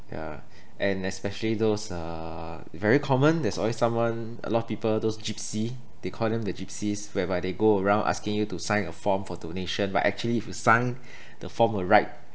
ya and especially those uh very common there's always someone a lot of people those gypsy they call them the gypsies whereby they go around asking you to sign a form for donation by actually if you sign the form will write